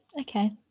Okay